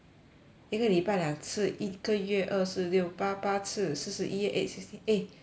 一个礼拜两次一个月二四六八八次四十一 eh sixty eh 算一下 leh